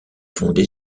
fondé